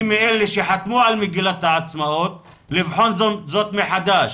מי מאלה שחתמו על מגילת העצמאות, לבחון זאת מחדש,